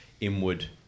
inward